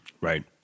Right